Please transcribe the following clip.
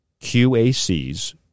QACs